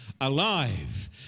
alive